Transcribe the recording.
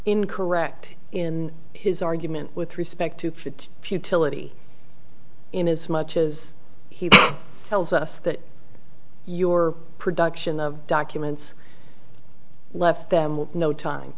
in correct in his argument with respect to food futility in as much as he tells us that your production of documents left them no time